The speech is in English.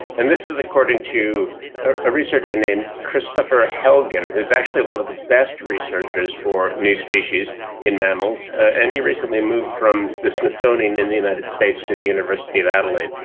and this is according to a researcher named kristofer helgen, who is actually one of the best researchers for new species in mammals, and he recently moved from the smithsonian in the united states to the university of adelaide.